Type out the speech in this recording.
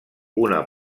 una